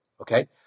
Okay